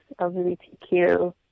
LGBTQ